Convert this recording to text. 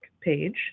page